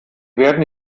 werden